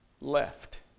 left